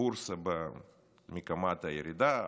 הבורסה במגמת הירידה.